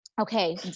okay